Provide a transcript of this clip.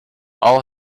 all